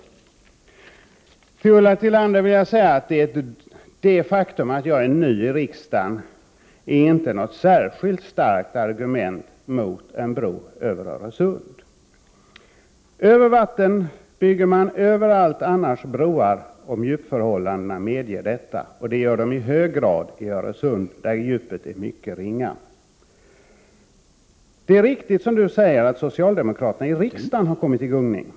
Till Ulla Tillander vill jag säga att det faktum att jag är ny i riksdagen inte är något särskilt starkt argument mot en bro över Öresund. Överallt där man skall bygga över vatten bygger man broar om djupförhållandena medger detta, och det gör de i hög grad i Öresund där djupet är mycket ringa. Det är riktigt, som Ulla Tillander säger, att socialdemokraterna i riksdagen har kommit i gungning.